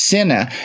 Sinner